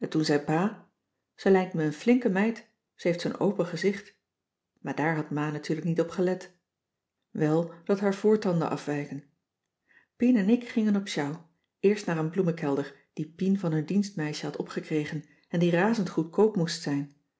pa ze lijkt me een flinke meid ze heeft zoo'n open gezicht maar daar had ma natuurlijk niet op gelet wel dat haar voortanden afwijken pien en ik gingen op sjouw eerst naar een bloemenkelder die pien van hun dienstmeisje had opgekregen en die razend goedkoop moest zijn